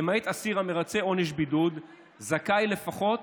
למעט אסיר המרצה עונש בידוד, זכאי לפחות